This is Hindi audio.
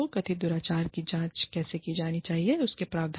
कथित दूराचार की जांच कैसे की जानी चाहिए इसके प्रावधान